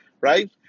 Right